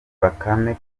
bakame